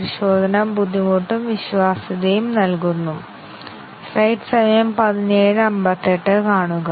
അതുപോലെ രണ്ടാമത്തെ ബേസിക് അവസ്ഥയ്ക്ക് അത് ശരിയും തെറ്റായ മൂല്യങ്ങളും കണക്കാക്കുന്നു ബാക്കിയുള്ളവ സ്ഥിരമായ മൂല്യത്തിൽ സൂക്ഷിക്കുന്നു ഔട്ട്പുട്ട് ടോഗിൾ ചെയ്യുന്നു